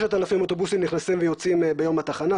6,000 אוטובוסים נכנסים ויוצאים ביום מהתחנה,